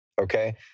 okay